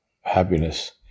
happiness